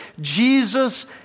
Jesus